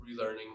relearning